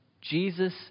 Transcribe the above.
Jesus